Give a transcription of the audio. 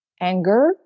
anger